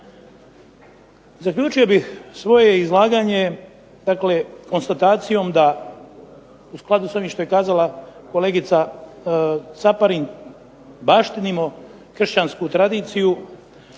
Zaključio bih svoje izlaganje, dakle konstatacijom da u skladu s ovim što je kazala kolegica Caparin baštinimo kršćansku tradiciju